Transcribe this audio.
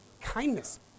Kindness